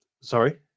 sorry